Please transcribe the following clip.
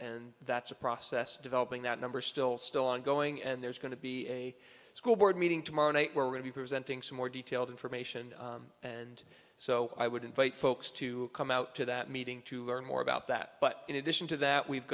and that's a process developing that number still still ongoing and there's going to be a school board meeting tomorrow night we're going to be presenting some more detailed information and so i would invite folks to come out to that meeting to learn more about that but in addition to that we've